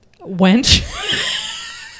wench